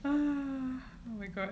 um oh my god